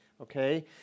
Okay